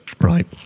right